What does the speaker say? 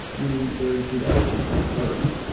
meaning their genetics at birth.